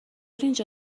اینجا